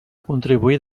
contribuir